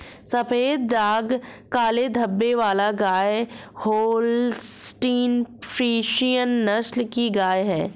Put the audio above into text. सफेद दाग काले धब्बे वाली गाय होल्सटीन फ्रिसियन नस्ल की गाय हैं